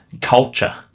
culture